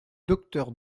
docteur